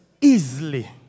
easily